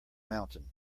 mountain